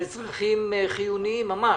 לצרכים חיוניים ממש.